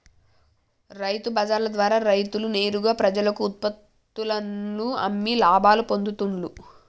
రైతు బజార్ల ద్వారా రైతులు నేరుగా ప్రజలకు ఉత్పత్తుల్లను అమ్మి లాభాలు పొందుతూండ్లు